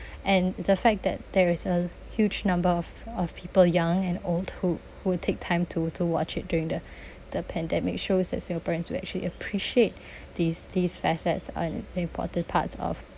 and the fact that there is a huge number of of people young and old who would take time to to watch it during the the pandemic shows that singaporeans will actually appreciate these these facets on important parts of